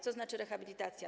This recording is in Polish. Co znaczy „rehabilitacja”